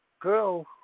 girl